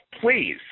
please